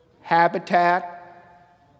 Habitat